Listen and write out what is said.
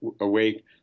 awake